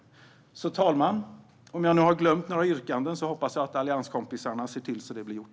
Herr talman! Om jag nu har glömt att yrka på något hoppas jag att allianskompisarna ser till att det blir gjort.